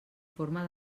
forma